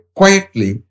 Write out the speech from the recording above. quietly